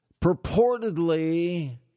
Purportedly